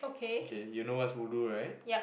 K you know what's ulu right